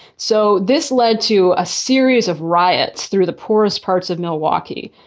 so this led to a series of riots through the poorest parts of milwaukee.